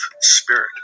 spirit